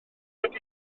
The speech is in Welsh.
wedi